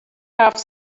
have